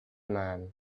man